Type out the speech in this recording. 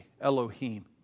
Elohim